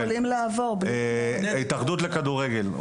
ההתאחדות לכדורגל,